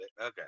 okay